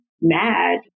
mad